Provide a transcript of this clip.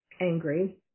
angry